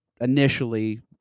initially